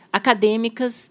acadêmicas